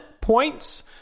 points